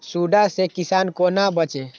सुंडा से किसान कोना बचे?